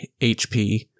HP